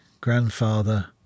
grandfather